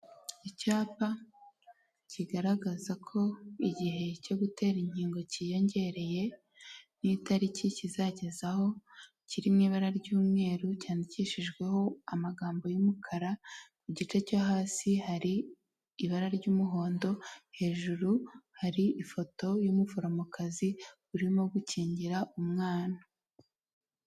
Icyapa kigaragaza ko igihe cyo gutera inkingo kiyongereye n'itariki kizagezaho, kiri mu ibara ry'umweru, cyandikishijweho amagambo y'umukara, mu gice cyo hasi hari ibara ry'umuhondo, hejuru hari ifoto y'umuforomokazi urimo gukingira umwana.